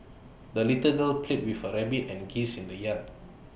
the little girl played with her rabbit and geese in the yard